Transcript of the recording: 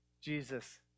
Jesus